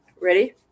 Ready